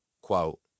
Quote